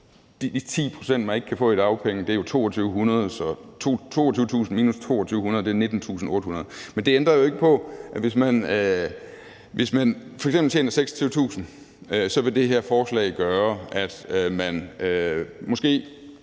de 10 pct., man ikke kan få i dagpenge, er jo 2.200 kr., og 22.000 kr. minus 2.200 kr. er 19.800 kr. Men det ændrer jo ikke på, at hvis man f.eks. tjener 26.000 kr., vil det her forslag gøre, at man måske